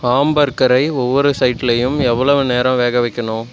ஹாம்பர்கரை ஒவ்வொரு சைடுலையும் எவ்வளவு நேரம் வேகவைக்கணும்